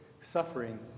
Suffering